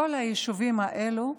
מכל היישובים האלה,